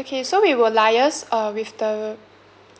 okay so we will liase uh with the